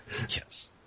Yes